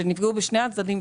שנפגעו בשני הצדדים,